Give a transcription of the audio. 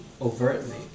overtly